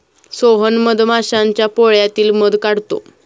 सोहन मधमाश्यांच्या पोळ्यातील मध काढतो